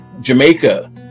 Jamaica